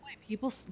People